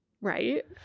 right